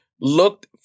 Looked